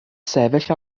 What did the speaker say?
sefyll